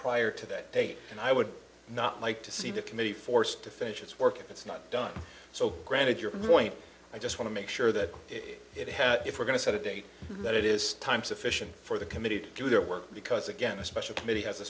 prior to that date and i would not like to see the committee forced to finish its work that's not done so granted your point i just want to make sure that it has if we're going to set a date that it is time sufficient for the committee to do their work because again a special committee has a